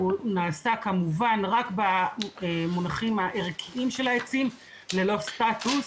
הוא נעשה כמובן רק במונחים הערכיים של העצים ללא סטטוס,